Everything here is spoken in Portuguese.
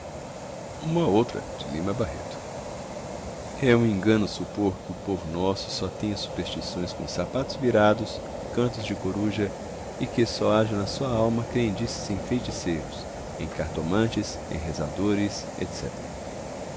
outra é um engano supor que o povo nosso só tenha superstições com sapatos virados cantos de coruja e que só haja na sua alma crendices em feiticeiros em cartomantes em rezadores